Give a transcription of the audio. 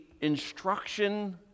instruction